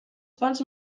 fonts